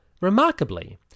Remarkably